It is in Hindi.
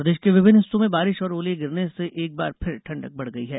मौसम प्रदेश के विभिन्न हिस्सों में बारिश और ओले गिरने से एक बार फिर ठंडक बढ़ गयी है